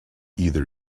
either